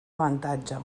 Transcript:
avantatge